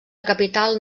capital